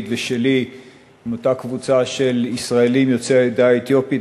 ושלי עם אותה קבוצה של ישראלים יוצאי העדה האתיופית,